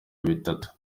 bitatu